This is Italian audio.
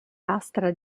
lastra